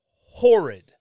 horrid